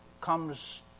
comes